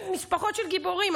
משפחות של גיבורים,